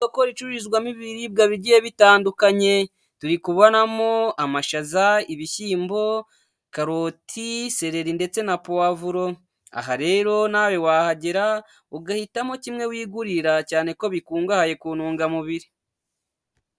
Isoko ricururizwamo ibibiribwa bigiye bitandukanye turi kubonamo amashaza, ibishyimbo, karoti, seleri ndetse na puvuro, aha rero nawe wahagera ugahitamo kimwe wigurira cyane ko bikungahaye ku ntungamubiri.